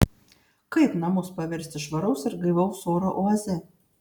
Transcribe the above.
kaip namus paversti švaraus ir gaivaus oro oaze